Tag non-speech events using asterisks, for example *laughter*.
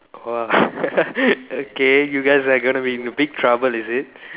!wow! *laughs* okay you guys are going to be in big trouble is it